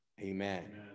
Amen